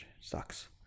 sucks